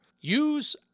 Use